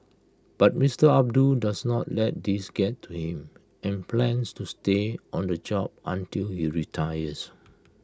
but Mister Abdul does not let these get to him and plans to stay on the job until he retires